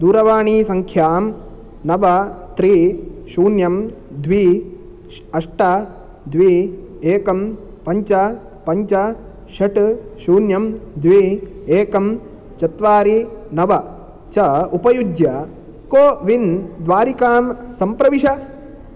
दूरवाणीसङ्ख्यां नव त्रीणि शून्यं द्वि अष्ट द्वि एकं पञ्च पञ्च षट् शून्यं द्वि एकं चत्वारि नव च उपयुज्य कोविन् द्वारिकां सम्प्रविश